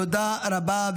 תודה רבה.